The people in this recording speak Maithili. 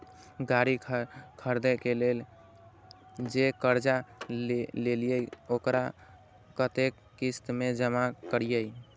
गाड़ी खरदे के लेल जे कर्जा लेलिए वकरा कतेक किस्त में जमा करिए?